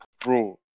Bro